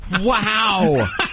Wow